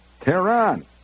Tehran